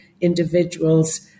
individuals